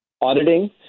auditing